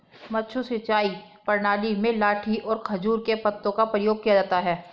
मद्दू सिंचाई प्रणाली में लाठी और खजूर के पत्तों का प्रयोग किया जाता है